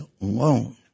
alone